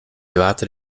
water